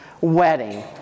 wedding